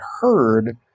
heard